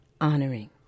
honoring